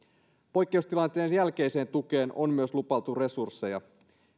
poikkeustilanteen jälkeiseen tukeen on myös lupailtu resursseja